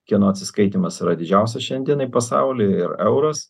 kieno atsiskaitymas yra didžiausias šiandienai pasauly yra euras